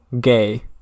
gay